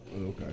okay